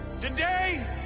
Today